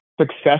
success